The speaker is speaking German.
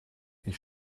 ich